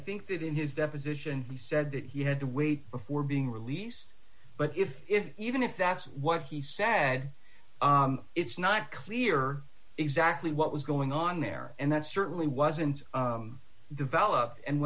think that in his deposition he said that he had to wait before being released but if if even if that's what he sad it's not clear exactly what was going on there and that certainly wasn't developed and